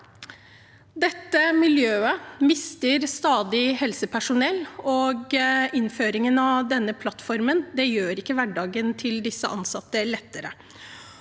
Dette miljøet mister stadig helsepersonell, og innføringen av denne plattformen gjør ikke hverdagen til de ansatte lettere.